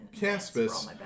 Caspis